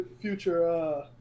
future